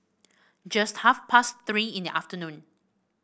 just half past Three in the afternoon